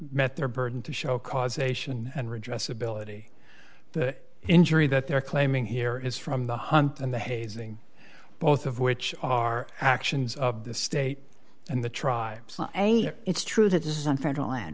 met their burden to show causation and redress ability the injury that they're claiming here is from the hunt and the hazing both of which are actions of the state and the tribes it's true that this is on federal land